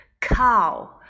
Cow